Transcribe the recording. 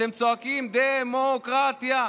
אתם צועקים: דמוקרטיה.